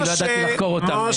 כי לא ידעתי לחקור אותם.